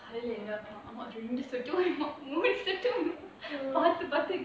பார்த்து பார்த்து:paarthu paarthu